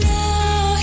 now